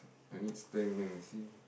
I need stamina you see